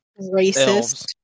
Racist